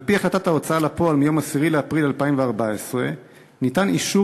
על-פי החלטת ההוצאה לפועל מיום 10 באפריל 2014 ניתן אישור